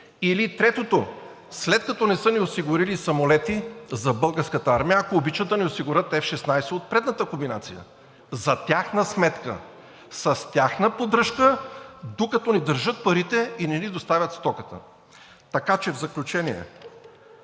или третото, след като не са ни осигурили самолети за Българската армия, ако обичат, да ни осигурят F-16 от предната комбинация – за тяхна сметка, с тяхна поддръжка, докато ни държат парите и не ни доставят стоката. (Шум, реплики,